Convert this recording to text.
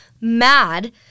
mad